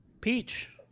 peach